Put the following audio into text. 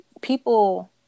people